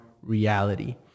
reality